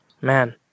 man